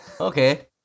okay